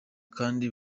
kandi